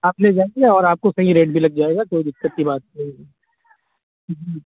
آپ لے جائیے اور آپ کو صحیح ریٹ بھی لگ جائے گا کوئی دقت کی بات نہیں ہے جی